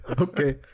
okay